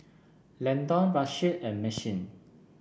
Landon Rasheed and Maxine